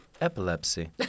epilepsy